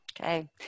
Okay